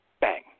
Bang